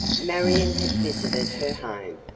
marion had visited her home,